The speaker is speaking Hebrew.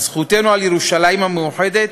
בזכותנו על ירושלים המאוחדת,